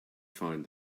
find